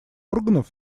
органов